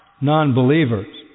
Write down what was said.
non-believers